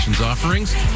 offerings